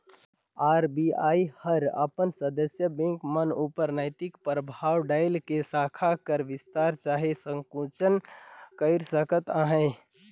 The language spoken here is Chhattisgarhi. आर.बी.आई हर अपन सदस्य बेंक मन उपर नैतिक परभाव डाएल के साखा कर बिस्तार चहे संकुचन कइर सकत अहे